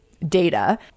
data